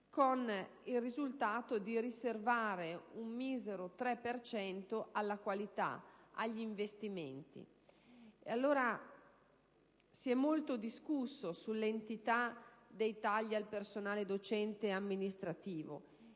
ed il risultato di riservare un misero 3 per cento alla qualità, agli investimenti. Si è molto discusso sull'entità dei tagli al personale docente e amministrativo.